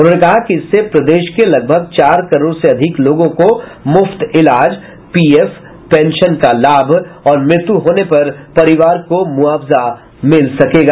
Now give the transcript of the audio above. उन्होंने कहा कि इससे प्रदेश के लगभग चार करोड़ से अधिक लोगों को मुफ्त इलाज पीएफ पेंशन का लाभ और मृत्यु होने पर परिवार को मुआवजा मिल सकेगा